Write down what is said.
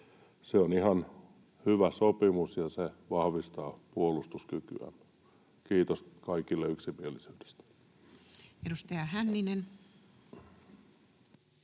Se on ihan hyvä sopimus, ja se vahvistaa puolustuskykyä. Kiitos kaikille yksimielisyydestä. [Speech